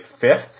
fifth